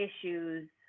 issues